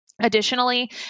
Additionally